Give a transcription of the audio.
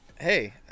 hey